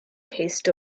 taste